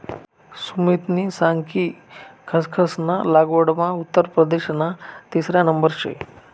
सुमितनी सांग कि खसखस ना लागवडमा उत्तर प्रदेशना तिसरा नंबर शे